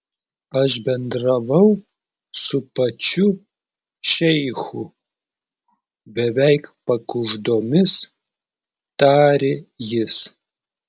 aš bendravau su pačiu šeichu beveik pakuždomis tarė jis